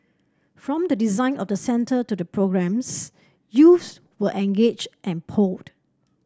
from the design of the centre to the programmes youths were engaged and polled